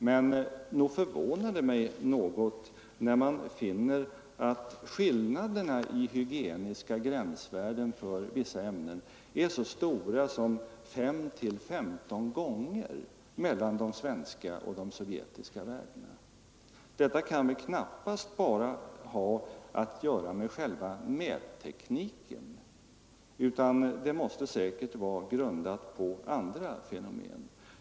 Men nog förvånar det mig något, eftersom skillnaderna i hygieniska gränsvärden är så stora; de svenska gränsvärdena för vissa ämnen är 5-15 gånger högre än de sovjetiska. Detta kan väl knappast bara ha att göra med själva mättekniken utan måste säkert bero på andra fenomen.